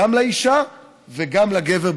גם לאישה וגם לגבר,